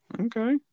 Okay